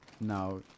Now